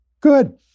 Good